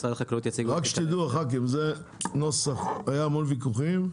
היו המון ויכוחים,